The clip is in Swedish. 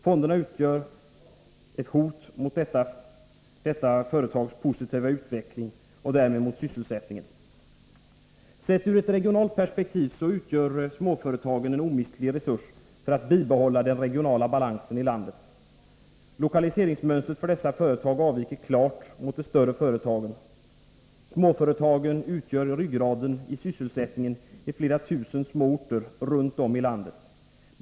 Fonderna utgör ett hot mot företagens positiva utveckling och därmed mot sysselsättningen. Sedda ur ett regionalt perspektiv utgör småföretagen en omistlig resurs för att bibehålla den regionala balansen i landet. Lokaliseringsmönstret för dessa företag avviker klart från de större företagen. Småföretagen utgör ryggraden i sysselsättningen i flera tusen små orter runt om i landet.